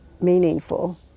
meaningful